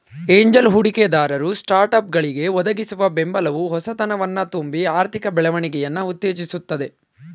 angel ಹೂಡಿಕೆದಾರರು ಸ್ಟಾರ್ಟ್ಅಪ್ಗಳ್ಗೆ ಒದಗಿಸುವ ಬೆಂಬಲವು ಹೊಸತನವನ್ನ ತುಂಬಿ ಆರ್ಥಿಕ ಬೆಳವಣಿಗೆಯನ್ನ ಉತ್ತೇಜಿಸುತ್ತೆ